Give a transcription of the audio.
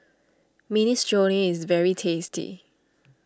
Minestrone is very tasty